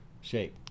shape